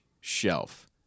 shelf